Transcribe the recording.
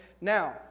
Now